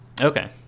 Okay